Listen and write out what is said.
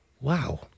Wow